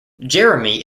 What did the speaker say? jeremy